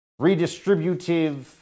redistributive